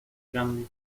gandhi